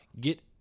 Get